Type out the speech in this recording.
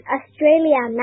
Australia